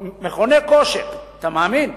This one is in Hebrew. מכוני כושר, אתה מאמין?